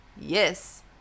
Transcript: yes